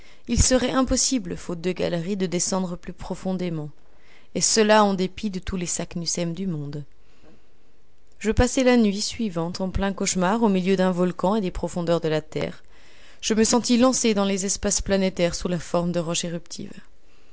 il serait impossible faute de galerie de descendre plus profondément et cela en dépit de tous les saknussemm du monde je passai la nuit suivante en plein cauchemar au milieu d'un volcan et des profondeurs de la terre je me sentis lancé dans les espaces planétaires sous la forme de roche